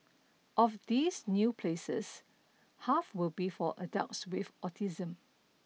of these new places half will be for adults with autism